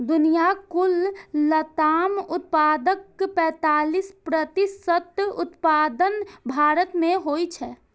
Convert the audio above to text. दुनियाक कुल लताम उत्पादनक पैंतालीस प्रतिशत उत्पादन भारत मे होइ छै